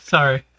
Sorry